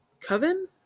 Coven